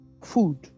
food